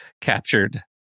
captured